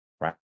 right